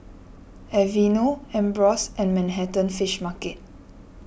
Aveeno Ambros and Manhattan Fish Market